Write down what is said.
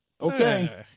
Okay